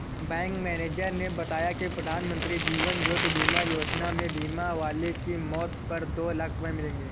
bank manager ने बताया कि प्रधानमंत्री जीवन ज्योति बीमा योजना में बीमा वाले की मौत पर दो लाख रूपये मिलेंगे